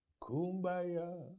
Kumbaya